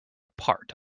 apart